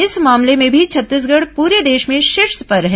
इस मामले में भी छत्तीसगढ़ पूरे देश में शीर्ष पर है